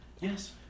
Yes